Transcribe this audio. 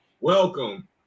welcome